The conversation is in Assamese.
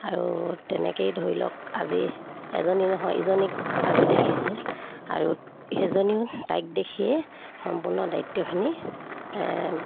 আৰু তেনেকৈয়ে ধৰি লওক আজি এজনী নহয় ইজনীক আজি দেখিছে আৰু সেইজনীও তাইক দেখিয়ে সম্পূৰ্ণ দায়িত্বখিনি